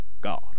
God